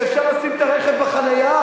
שאפשר לשים את הרכב בחנייה,